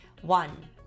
One